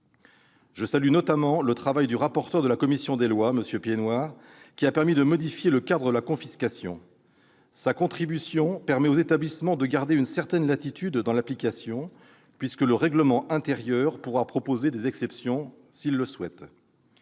Je salue notamment le travail du rapporteur de la commission des lois, M. Piednoir, qui a permis de modifier le cadre de la confiscation. Sa contribution permet aux établissements de garder une certaine latitude dans l'application, puisque le règlement intérieur pourra prévoir, le cas échéant,